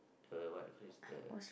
the the what what's the